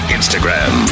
Instagram